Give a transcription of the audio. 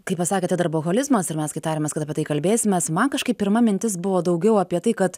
kai pasakėte darboholizmas ir mes kai tarėmės kad apie tai kalbėsimės man kažkaip pirma mintis buvo daugiau apie tai kad